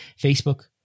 Facebook